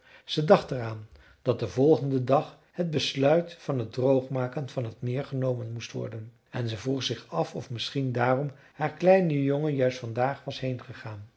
ze dacht er aan dat den volgenden dag het besluit van het droogmaken van het meer genomen moest worden en ze vroeg zich af of misschien daarom haar kleine jongen juist vandaag was heengegaan